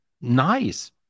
Nice